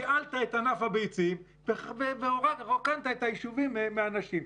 ייעלת את ענף הביצים ורוקנת את היישובים מאנשים.